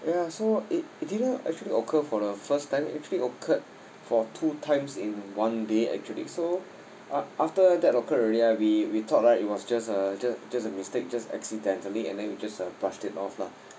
ya so it it didn't actually occur for the first time it actually occurred for two times in one day actually so uh after that occurred already we we thought right it was just a just just a mistake just accidentally and then we just brushed it off lah